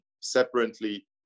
separately